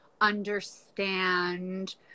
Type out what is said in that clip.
understand